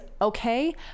okay